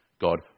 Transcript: God